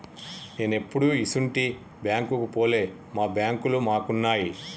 నేనెప్పుడూ ఇసుంటి బాంకుకు పోలే, మా బాంకులు మాకున్నయ్